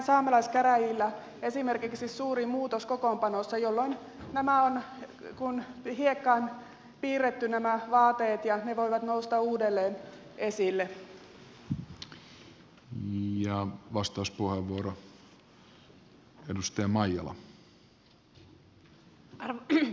saamelaiskäräjillä voi esimerkiksi tapahtua suuri muutos kokoonpanossa jolloin nämä vaateet on ikään kuin hiekkaan piirretty ja ne voivat nousta uudelleen esille